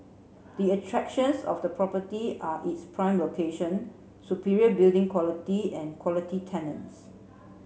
the attractions of the property are its prime location superior building quality and quality tenants